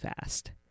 fast